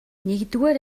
нэгдүгээр